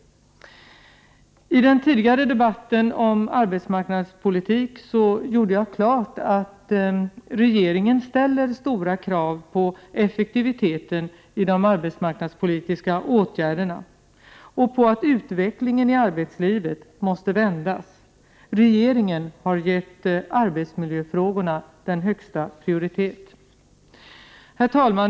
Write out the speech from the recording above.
I den tidigare debatten om arbetsmarknadspolitiken gjorde jag klart att regeringen ställer stora krav på effektiviteten i de arbetsmarknadspolitiska åtgärderna och på att utvecklingen i arbetslivet vänds. Regeringen har gett arbetsmiljöfrågorna högsta prioritet. Herr talman!